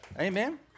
Amen